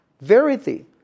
verity